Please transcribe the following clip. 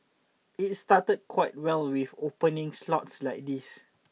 it started quite well with opening slots like these